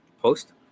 Post